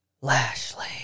Lashley